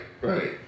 right